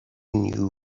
knew